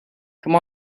come